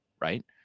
right